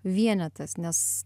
vienetas nes